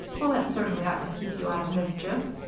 well, that certainly ought to keep you out of mischief.